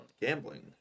Gambling